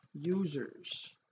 users